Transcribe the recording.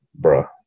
bruh